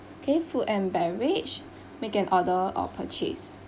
okay food and beverage make an order or purchase